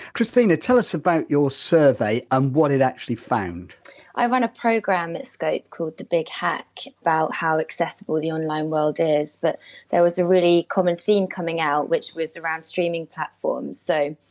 kristina, tell us about your survey and what it actually found i run a programme at scope called the big hack, about how accessible the online world is but there was a really common theme coming out which was around streaming platforms. so,